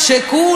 תודה,